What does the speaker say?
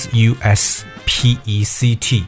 S-U-S-P-E-C-T